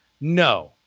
No